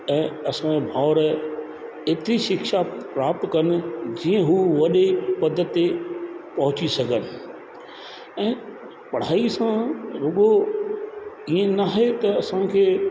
ऐं असांजा भावर एतिरी शिक्षा प्राप्त कनि जीअं हू वॾे पद ते पहुची सघनि ऐं पढ़ाई सां रुगो ईअं नाहे त असांखे